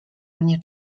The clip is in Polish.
mnie